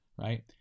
right